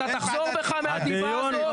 אתה תחזור בך מהדיבה הזאת.